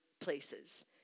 places